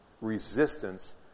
resistance